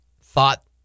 thought